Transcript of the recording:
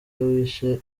wishe